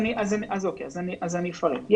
אני אפרט.